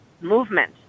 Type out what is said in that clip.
movement